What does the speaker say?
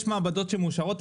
יש מעבדות שמאושרות.